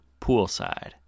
poolside